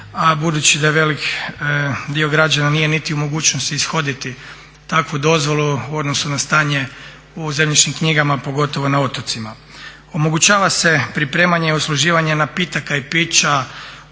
budući da veliki dio građana nije niti u mogućnosti ishoditi takvu dozvolu u odnosu na stanje u zemljišnim knjigama, pogotovo na otocima. Omogućava se pripremanje i usluživanje napitaka i pića